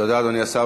תודה, אדוני השר.